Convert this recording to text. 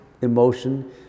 emotion